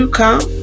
come